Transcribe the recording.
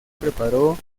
preparó